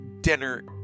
dinner